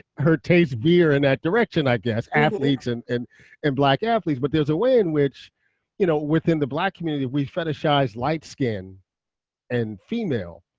her tastes veer in that direction i guess, athletes and and and black athletes, but there's a way in which you know within the black community, we fetishize light skin and female.